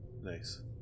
Nice